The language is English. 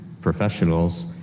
professionals